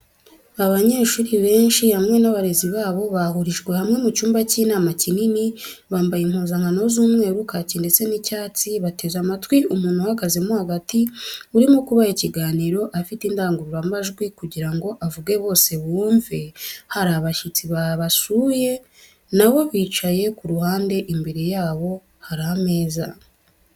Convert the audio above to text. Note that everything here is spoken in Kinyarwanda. Abanyeshuri benshi hamwe n'abarezi babo bahurijwe hamwe mu cyumba cy'inama kinini, bambaye impuzankano z'umweru, kaki ndetse n'icyatsi bateze amatwi umuntu uhagazemo hagati urimo kubaha ikiganiro afite indangururamajwi kugira ngo avuge bose bumve, hari abashyitsi babasuye na bo bicaye ku ruhande imbere yabo hari ameza.